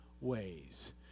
ways